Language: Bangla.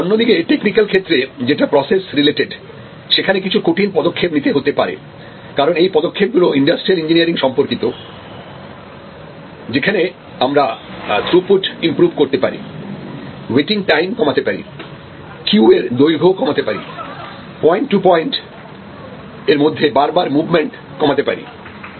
অন্যদিকে টেকনিক্যাল ক্ষেত্রেযেটা প্রসেস রিলেটেড সেখানে কিছু কঠিন পদক্ষেপ নিতে হতে পারে কারণ এই পদক্ষেপ গুলো ইন্ডাস্ট্রিয়াল ইঞ্জিনিয়ারিং সম্পর্কিত যেখানে আমরা থ্রুপুট ইম্প্রুভ করতে পারি ওয়েটিং টাইম কমাতে পারি কিউ এর দৈর্ঘ্য কমাতে পারি পয়েন্ট টু পয়েন্ট এর মধ্যে বারবার মুভমেন্ট টা কমাতে পারি